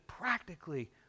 practically